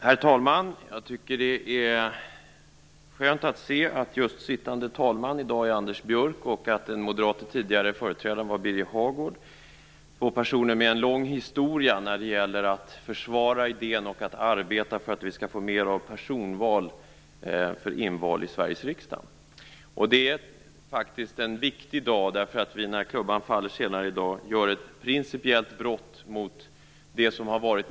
Herr talman! Jag tycker att det är skönt att se att sittande talman i dag är Anders Björck och att den moderate företrädaren tidigare var Birger Hagård - två personer med en lång historia när det gäller att försvara idén och arbeta för att vi skall få mer av personval när det gäller inval i Sveriges riksdag. Det är faktiskt en viktig dag i dag. När klubban faller senare i dag sker ett principiellt brott mot det som har varit.